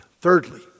thirdly